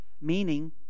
Meaning